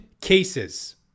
cases